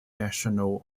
national